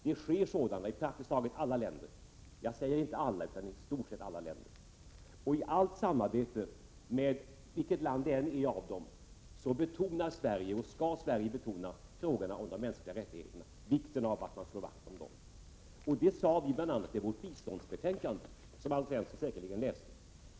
Det sker sådana i praktiskt taget alla länder — jag säger inte i alla länder utan i praktiskt taget alla länder. I allt samarbete, vilket land det än gäller, betonar Sverige och skall Sverige betona vikten av att man slår vakt om de mänskliga rättigheterna. Detta sade vi bl.a. i vårt biståndsbetänkande, som Alf Svensson säkerligen läste.